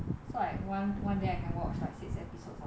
so like one one day I can watch like six episodes of